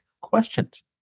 questions